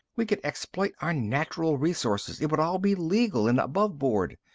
we could exploit our natural resources. it would all be legal and aboveboard.